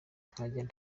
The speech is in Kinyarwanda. nkajya